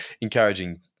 encouraging